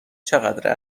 چقدر